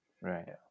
Right